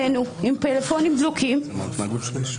את בושה וחרפה.